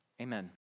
Amen